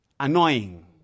Annoying